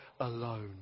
alone